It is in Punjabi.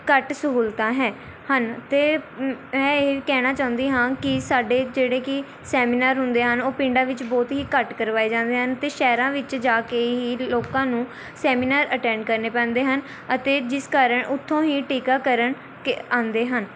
ਘੱਟ ਸਹੂਲਤਾਂ ਹੈ ਹਨ ਅਤੇ ਮੈਂ ਇਹ ਕਹਿਣਾ ਚਾਹੁੰਦੀ ਹਾਂ ਕਿ ਸਾਡੇ ਜਿਹੜੇ ਕਿ ਸੈਮੀਨਾਰ ਹੁੰਦੇ ਹਨ ਉਹ ਪਿੰਡਾਂ ਵਿੱਚ ਬਹੁਤ ਹੀ ਘੱਟ ਕਰਵਾਏ ਜਾਂਦੇ ਹਨ ਅਤੇ ਸ਼ਹਿਰਾਂ ਵਿੱਚ ਜਾ ਕੇ ਹੀ ਲੋਕਾਂ ਨੂੰ ਸੈਮੀਨਾਰ ਅਟੈਂਡ ਕਰਨੇ ਪੈਂਦੇ ਹਨ ਅਤੇ ਜਿਸ ਕਾਰਨ ਉੱਥੋਂ ਹੀ ਟੀਕਾਕਰਨ ਕੇ ਆਉਂਦੇ ਹਨ